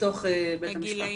בתוך בית המשפט.